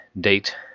date